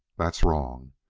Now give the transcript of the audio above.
that's wrong.